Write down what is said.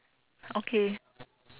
okay